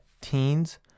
teens